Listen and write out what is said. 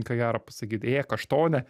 ką gero pasakyt ė kaštone